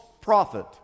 prophet